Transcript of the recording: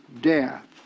death